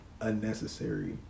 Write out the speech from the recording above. unnecessary